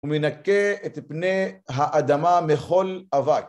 ומנקה את פני האדמה מכל אבק